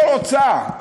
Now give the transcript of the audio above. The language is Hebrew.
לא רוצה.